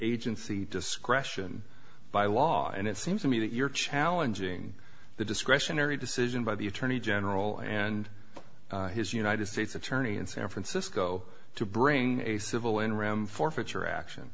agency discretion by law and it seems to me that you're challenging the discretionary decision by the attorney general and his united states attorney in san francisco to bring a civil in ram forfeiture action